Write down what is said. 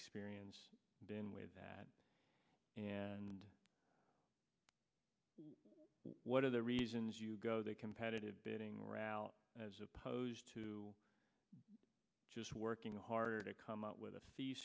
experience been with that and what are the reasons you go the competitive bidding route as opposed to just working harder to come up with a